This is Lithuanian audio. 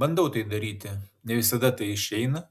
bandau tai daryti ne visada tai išeina